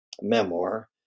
memoir